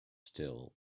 still